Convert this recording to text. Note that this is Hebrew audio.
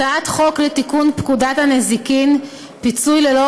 הצעת חוק לתיקון פקודת הנזיקין (פיצוי ללא